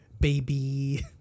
Baby